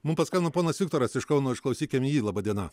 mum paskambino ponas viktoras iš kauno išklausykim jį laba diena